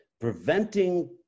preventing